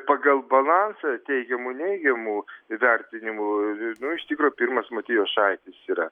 pagal balansą teigiamų neigiamų vertinimų nu iš tikro pirmas matijošaitis yra